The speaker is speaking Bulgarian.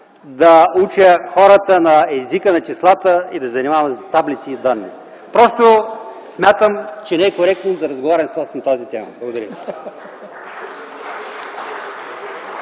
да уча хората на езика на числата и да се занимавам с таблици и данни. Просто смятам, че не е коректно да разговарям с Вас на тази тема. Благодаря